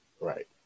Right